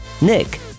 Nick